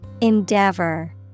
Endeavor